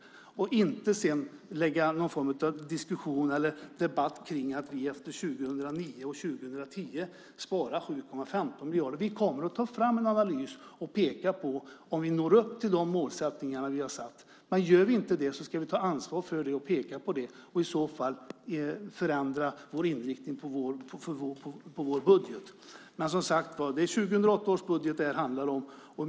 Man ska inte lägga någon debatt om att vi efter 2009 och 2010 sparar 7,15 miljarder. Vi kommer att ta fram en analys och peka på om vi når upp till våra målsättningar. Om vi inte gör det ska vi ta ansvar för det och peka på det och i så fall ändra inriktningen på vår budget. Det är 2008 års budget det handlar om.